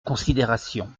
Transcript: considération